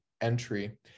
entry